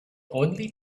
only